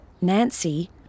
Nancy